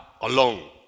alone